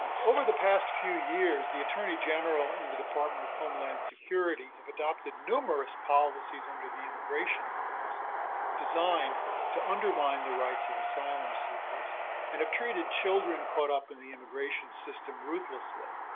um over the past few years, the attorney general and the department of homeland security have adopted numerous policies under the immigration laws designed to undermine the rights of asylum seekers and have treated children caught up in the immigration system ruthlessly.